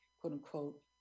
quote-unquote